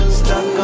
stuck